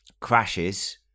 crashes